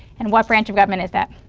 and what branch of government is that?